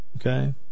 Okay